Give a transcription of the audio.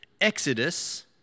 Exodus